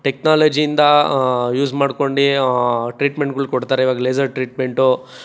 ಟೆಕ್ನಾಲಜಿಯಿಂದ use ಮಾಡ್ಕೊಂಡು ಟ್ರೀಟ್ಮೆಂಟ್ಗಳು ಕೊಡ್ತಾರೆ ಇವಾಗ ಲೇಸರ್ ಟ್ರೀಟ್ಮೆಂಟು